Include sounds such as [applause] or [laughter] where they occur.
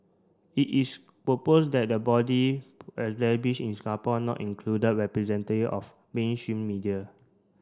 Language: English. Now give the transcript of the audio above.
it is proposed that the body established in Singapore not include [unintelligible] of mainstream media